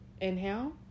inhale